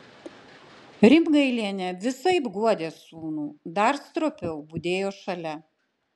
rimgailienė visaip guodė sūnų dar stropiau budėjo šalia